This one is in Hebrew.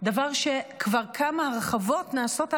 דבר שכבר כמה הרחבות נעשות עליו,